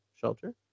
Shelter